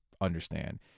Understand